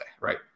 right